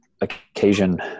occasion